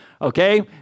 Okay